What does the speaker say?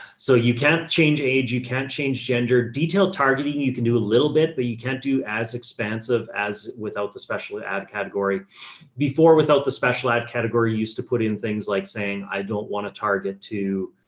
so you can't change age. you can't change gender detailed targeting. you you can do a little bit, but you can't do as expansive as, without the special ad category before, without the special ed category used to put in things like saying, i don't want to target to,